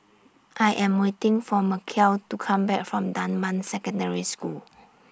I Am waiting For Mechelle to Come Back from Dunman Secondary School